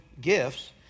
gifts